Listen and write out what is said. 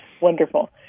wonderful